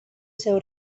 seu